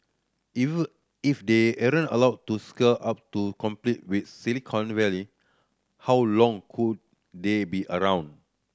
if they allowed to scale up to compete with Silicon Valley how long could they be around